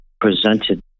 presented